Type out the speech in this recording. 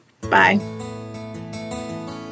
Bye